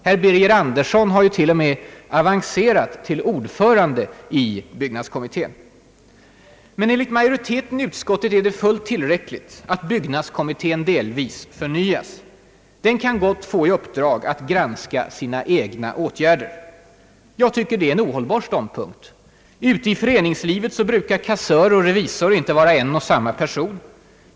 Herr Birger Andersson har ju till och med avancerat till ordförande i byggnadskommittén. Men enligt majoriteten i utskottet är det fullt tillräckligt att byggnadskommittén delvis förnyas. Den kan gott få i uppdrag att granska sina egna åtgärder. Jag tycker detta är en ohållbar ståndpunkt. I föreningslivet brukar kassör och revisor inte vara en och samma person.